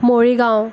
Morigaon